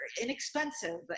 inexpensive